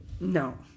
no